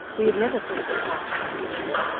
we have never thought of parting with him, sir,